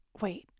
wait